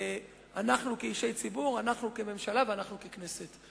אנחנו כאישי ציבור, אנחנו כממשלה ואנחנו ככנסת.